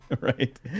right